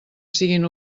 siguin